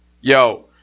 Yo